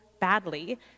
badly